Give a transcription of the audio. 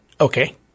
Okay